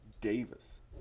davis